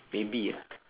maybe ah